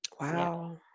Wow